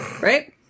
Right